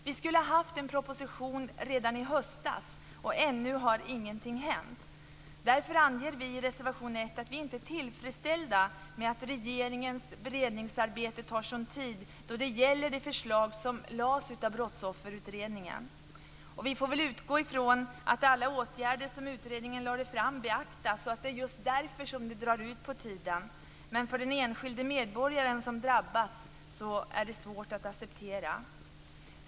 Vi skulle ha fått en proposition redan i höstas, och ännu har ingenting hänt. Därför anger vi i reservation 1 att vi inte är tillfredsställda med att regeringens beredningsarbete tar sådan tid då det gäller de förslag som lades fram av Brottsofferutredningen. Vi får väl utgå från att alla åtgärder som utredningen lade fram beaktas och att det är därför som arbetet drar ut på tiden. Men för den enskilde medborgaren som drabbas är detta svårt att acceptera.